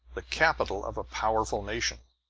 the capital of a powerful nation.